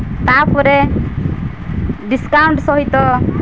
ତା'ପରେ ଡିସ୍କାଉଣ୍ଟ୍ ସହିତ